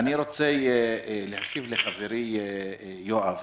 אני ארצה להשיב לחברי יואב.